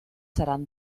seran